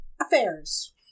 affairs